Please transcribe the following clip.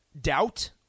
doubt